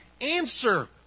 answer